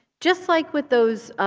just like with those